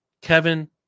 Kevin